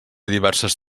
diverses